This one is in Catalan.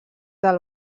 del